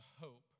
hope